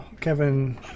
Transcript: Kevin